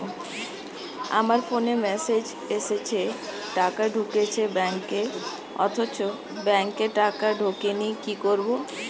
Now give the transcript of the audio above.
আমার ফোনে মেসেজ এসেছে টাকা ঢুকেছে ব্যাঙ্কে অথচ ব্যাংকে টাকা ঢোকেনি কি করবো?